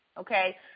okay